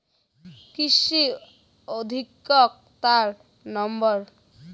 কৃষি অধিকর্তার নাম্বার?